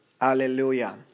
Hallelujah